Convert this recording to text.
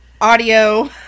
audio